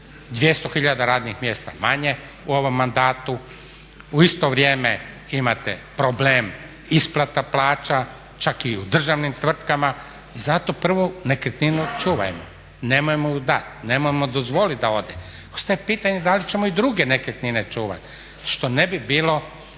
200 000 radnih mjesta manje u ovom mandatu, u isto vrijeme imate problem isplata plaća, čak i u državnim tvrtkama i zato prvu nekretninu čuvajmo, nemojmo ju dat, nemojmo dozvolit da ode. Ostaje pitanje da li ćemo i druge nekretnine čuvat što ne bi bilo